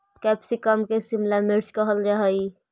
capsicum के शिमला मिर्च कहल जा हइ